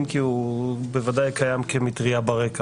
אם כי הוא בוודאי קיים כמטרייה ברקע,